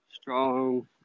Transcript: Strong